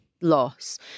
loss